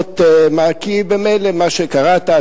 כי ממילא מה שקראת,